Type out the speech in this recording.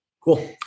Cool